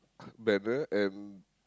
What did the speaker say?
banner and